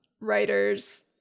writers